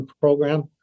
program